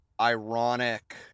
ironic